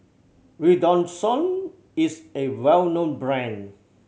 Redoxon is a well known brand